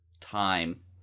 time